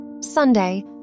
Sunday